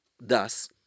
Thus